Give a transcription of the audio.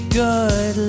good